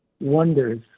wonders